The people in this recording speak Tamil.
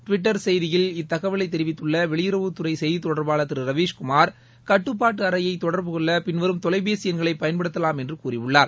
டுவிட்டர் செய்தியில் இத்தகவலை தெரிவித்துள்ள வெளியுறவுத் துறை செய்தித் தொடர்பாளர் திரு ரவீஸ் குமார் கட்டுப்பாட்டு அறையை தொடர்பு கொள்ள பின்வரும் தொலைபேசி எண்களை பயன்படுத்தலாம் என்று கூறியுள்ளார்